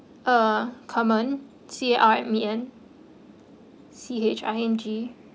uh carmen C A R M E N C H I N G